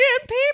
people